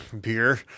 beer